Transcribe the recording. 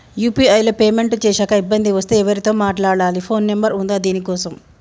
UPI లో payment చేశాక ఇబ్బంది వస్తే ఎవరితో మాట్లాడాలి? ఫోన్ నంబర్ ఉందా దీనికోసం?